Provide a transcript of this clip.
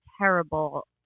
terrible